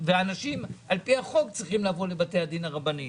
ואנשים על פי החוק צריכים לבוא לבתי הדין הרבניים,